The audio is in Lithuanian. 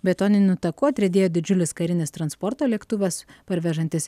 betoniniu taku atriedėjo didžiulis karinis transporto lėktuvas parvežantis